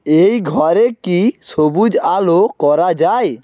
এই ঘরে কি সবুজ আলো করা যায়